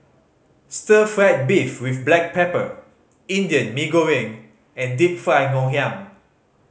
stir fried beef with black pepper Indian Mee Goreng and Deep Fried Ngoh Hiang